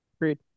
Agreed